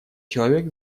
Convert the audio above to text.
человек